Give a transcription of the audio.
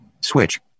Switch